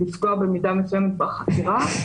לפגוע במידה מסוימת בחקירה.